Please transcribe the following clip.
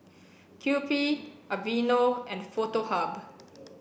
Kewpie Aveeno and Foto Hub